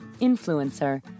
influencer